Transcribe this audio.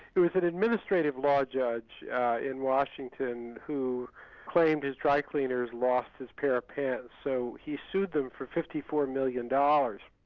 itwas an administrative law judge in washington, who claimed his drycleaners lost his pair of pants, so he sued them for fifty four million dollars.